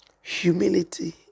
Humility